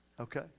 Okay